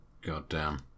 Goddamn